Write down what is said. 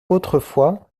autrefois